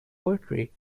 poetry